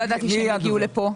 שלא ידעתי שיגיעו לפה,